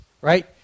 right